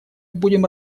будем